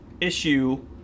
issue